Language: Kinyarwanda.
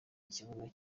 ikibuno